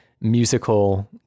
musical